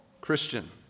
Christian